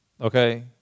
okay